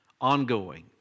Ongoing